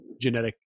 genetic